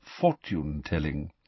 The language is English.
fortune-telling